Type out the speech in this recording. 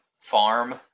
farm